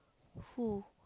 who